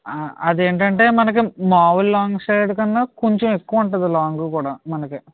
అదేంటంటే మనకి మామూలు లాంగ్ సైడు కన్నా కొంచెం ఎక్కువ ఉంటుంది లాంగ్ కూడా మనకి